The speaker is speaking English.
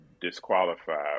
disqualified